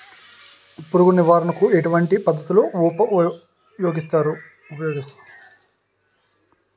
పురుగు నివారణ కు ఎటువంటి పద్ధతులు ఊపయోగిస్తారు?